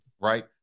right